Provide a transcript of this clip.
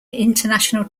international